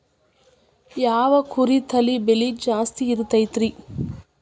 ಯಾವ ಕುರಿ ತಳಿ ಬೆಲೆ ಜಾಸ್ತಿ ಇರತೈತ್ರಿ?